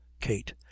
Kate